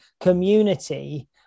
community